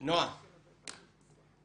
נועה,